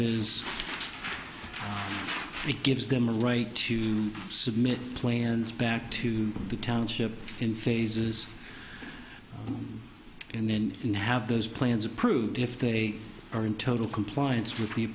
is it gives them the right to submit plans back to the township in phases and then in have those plans approved if they are in total compliance with the